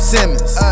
Simmons